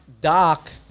Doc